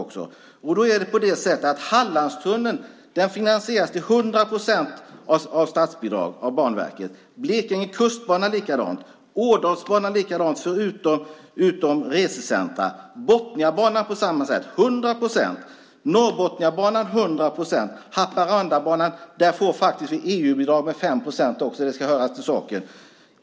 Då är det på det sättet att Hallandstunneln finansieras till 100 procent med statsbidrag, av Banverket. Med Blekinge kustbana är det likadant. Med Ådalsbanan är det likadant förutom när det gäller resecentrum. Det är på samma sätt med Botniabanan, 100 procent. När det gäller Norrbotniabanan är det 100 procent. När det gäller Haparandabanan får vi faktiskt också EU-bidrag med 5 procent. Det hör till saken.